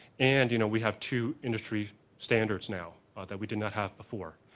and you know we have two industry standards now that we did not have before.